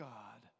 God